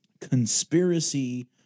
Conspiracy